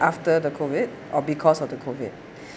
after the COVID or because of the COVID